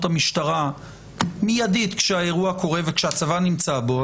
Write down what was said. המשטרה מיידית כשהאירוע קורה וכשהצבא נמצא בו,